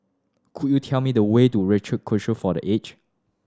could you tell me the way to Rochor Kongsi for The Age